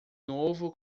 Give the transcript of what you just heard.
novo